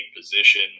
position